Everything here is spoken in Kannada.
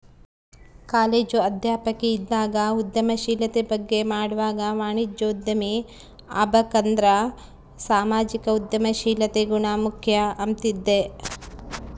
ಕಾಲೇಜು ಅಧ್ಯಾಪಕಿ ಇದ್ದಾಗ ಉದ್ಯಮಶೀಲತೆ ಬಗ್ಗೆ ಮಾಡ್ವಾಗ ವಾಣಿಜ್ಯೋದ್ಯಮಿ ಆಬಕಂದ್ರ ಸಾಮಾಜಿಕ ಉದ್ಯಮಶೀಲತೆ ಗುಣ ಮುಖ್ಯ ಅಂಬ್ತಿದ್ದೆ